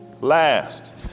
last